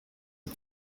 and